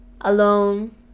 alone